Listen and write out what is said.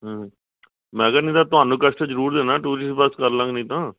ਹੂੰ ਮੈਂ ਕਿਹਾ ਨਹੀਂ ਤਾਂ ਤੁਹਾਨੂੰ ਕਸ਼ਟ ਜ਼ਰੂਰ ਦੇਣਾ ਟੂਰਿਸਟ ਬਸ ਕਰ ਲਾਂਗੇ ਨਹੀਂ ਤਾਂ